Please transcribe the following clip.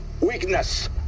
weakness